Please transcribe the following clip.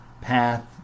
path